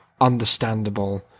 understandable